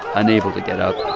unable to get up.